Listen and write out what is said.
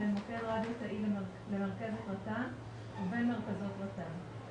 בין מוקד רדיו תאי למרכזת רט"ן ובין מרכזות רט"ן.